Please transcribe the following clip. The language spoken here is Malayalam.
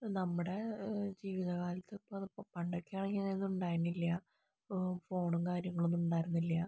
നമ്മുടെ ജീവിതകാലത്ത് ഇപ്പോ പണ്ടൊക്കെ ആയിരുന്നെങ്കിൽ ഇങ്ങനെ ഒന്നും ഉണ്ടായിരുന്നില്ല അപ്പോൾ ഫോണും കാര്യങ്ങളൊന്നും ഉണ്ടായിരുന്നില്ല